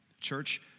Church